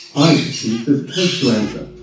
i perceive there's a case to answer.